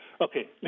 Okay